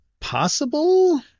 Possible